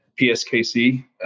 PSKC